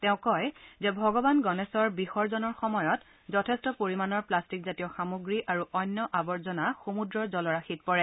তেওঁ কয় যে ভগৱান গণেশৰ প্ৰতিমা বিসৰ্জনৰ সময়ত যথেষ্ট পৰিমাণৰ প্লাষ্টিকজাতীয় সামগ্ৰী আৰু অন্য আৱৰ্জনা সমূদ্ৰৰ জলৰাশিত পৰে